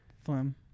flim